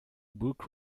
book